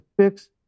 fix